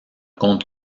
compte